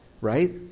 Right